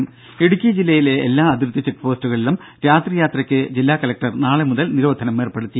ദര ഇടുക്കി ജില്ലയിലെ എല്ലാ അതിർത്തി ചെക്ക് പോസ്റ്റുകളിലും രാത്രി യാത്രയ്ക്ക് ജില്ലാ കലക്ടർ നാളെ മുതൽ നിരോധനം ഏർപ്പെടുത്തി